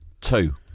two